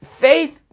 Faith